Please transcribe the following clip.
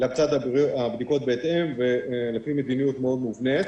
לצד הבדיקות בהתאם ולפי מדיניות מאוד מובנית.